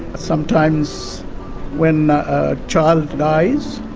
sometimes when a child dies,